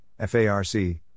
FARC